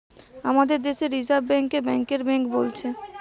আমাদের দেশে reserve bank কে ব্যাংকের বেঙ্ক বোলছে